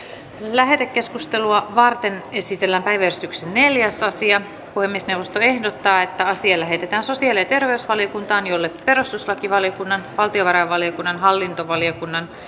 lähetekeskustelua varten esitellään päiväjärjestyksen neljäs asia puhemiesneuvosto ehdottaa että asia lähetetään sosiaali ja terveysvaliokuntaan jolle perustuslakivaliokunnan valtiovarainvaliokunnan ja hallintovaliokunnan